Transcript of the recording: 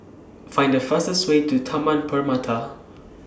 Find The fastest Way to Taman Permata